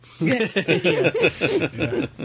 Yes